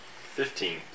Fifteen